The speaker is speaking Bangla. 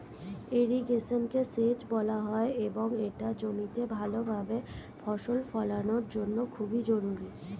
ইরিগেশনকে সেচ বলা হয় এবং এটা জমিতে ভালোভাবে ফসল ফলানোর জন্য খুবই জরুরি